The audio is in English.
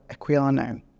Equiano